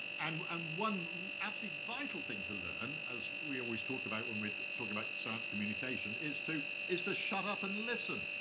and and one absolutely vital thing to learn, as we always talk about when we're talking about science communication, is to is to shut up and listen,